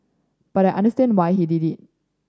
but understand why he did it